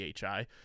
phi